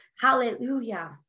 Hallelujah